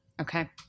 Okay